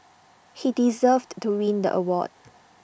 he deserved to win the award